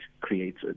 creates